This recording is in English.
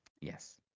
Yes